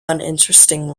uninteresting